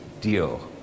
deal